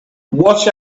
watch